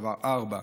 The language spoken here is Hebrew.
עברו ארבע.